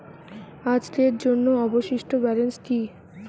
আজকের জন্য অবশিষ্ট ব্যালেন্স কি?